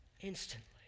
instantly